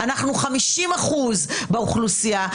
אנחנו 50% באוכלוסייה,